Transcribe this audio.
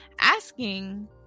Asking